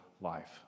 life